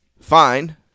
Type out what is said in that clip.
fine